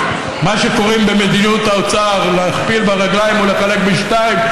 מה שקוראים במדיניות האוצר: להכפיל ברגליים ולחלק בשתיים,